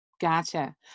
Gotcha